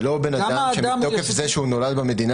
זה לא בן אדם שמתוקף זה שהוא נולד במדינה